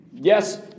yes